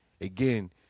Again